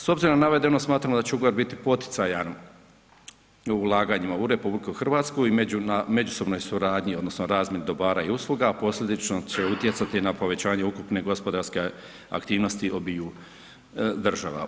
S obzirom na navedeno smatramo da će ugovor biti poticajan u ulaganjima u RH i međusobnoj suradnji odnosno razmjeni dobara i usluga, a posljedično će utjecati na povećanje ukupne gospodarske aktivnosti obiju država.